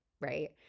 right